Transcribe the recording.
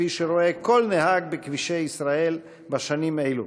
כפי שרואה כל נהג בכבישי ישראל בשנים אלו,